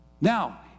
Now